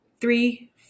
three